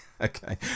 Okay